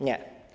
Nie.